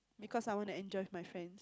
because I want to enjoy with my friends